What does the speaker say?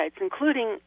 including